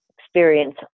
experience